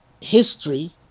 history